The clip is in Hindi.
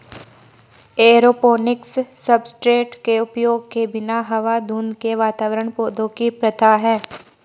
एरोपोनिक्स सब्सट्रेट के उपयोग के बिना हवा धुंध के वातावरण पौधों की प्रथा है